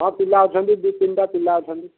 ହଁ ପିଲା ଅଛନ୍ତି ଦୁଇ ତିନିଟା ପିଲା ଅଛନ୍ତି